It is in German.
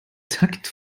takt